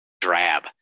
drab